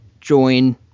join